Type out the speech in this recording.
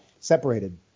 separated